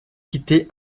quitter